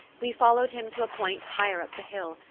we followed him to a point higher up the hill,